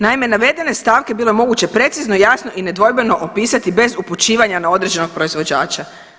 Naime, navedene stavke bilo je moguće precizno, jasno i nedvojbeno opisati bez upućivanja na određenog proizvođača.